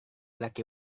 laki